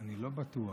אני לא בטוח.